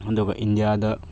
ꯑꯗꯨꯒ ꯏꯟꯗꯤꯌꯥꯗ